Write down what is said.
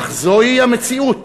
אך זוהי המציאות.